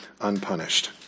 unpunished